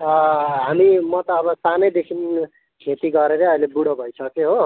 हामी म त अब सानैदेखि खेती गरेर अहिले बुढो भइसकेँ हो